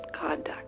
conduct